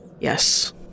Yes